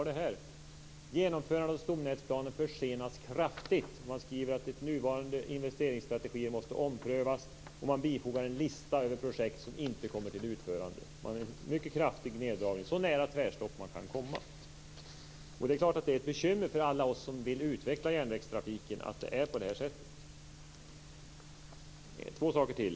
I det framhålls att genomförandet av stomnätsplanen försenas kraftigt och att nuvarande investeringsstrategier måste omprövas. Man bifogar också en lista över projekt som inte kommer till utförande. Det är en mycket kraftig neddragning, så nära ett tvärstopp som man kan komma. Det är klart att det är ett bekymmer för alla oss som vill utveckla järnvägstrafiken att det är på det här sättet. Jag vill ta upp två frågor till.